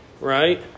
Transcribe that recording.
right